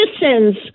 citizens